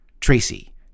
Tracy